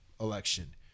election